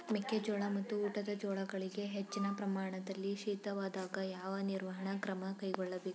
ಮೆಕ್ಕೆ ಜೋಳ ಮತ್ತು ಊಟದ ಜೋಳಗಳಿಗೆ ಹೆಚ್ಚಿನ ಪ್ರಮಾಣದಲ್ಲಿ ಶೀತವಾದಾಗ, ಯಾವ ನಿರ್ವಹಣಾ ಕ್ರಮ ಕೈಗೊಳ್ಳಬೇಕು?